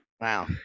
Wow